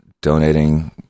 donating